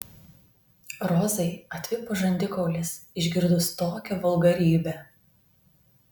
rozai atvipo žandikaulis išgirdus tokią vulgarybę